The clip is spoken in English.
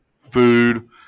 food